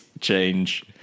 change